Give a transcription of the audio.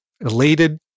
elated